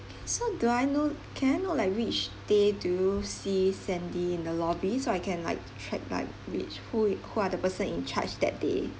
so do I know can I like which day do see sandy in the lobby so I can like track like which who who are the person in charge that day